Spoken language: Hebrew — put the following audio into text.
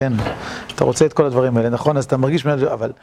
כן, אתה רוצה את כל הדברים האלה, נכון, אז אתה מרגיש מזה, אבל...